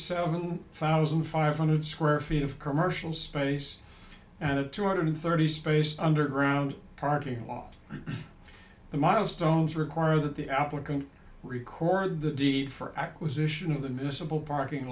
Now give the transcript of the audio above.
seven thousand five hundred square feet of commercial space and a two hundred thirty space underground parking lot the milestones require that the applicant record the deed for acquisition of the municipal parking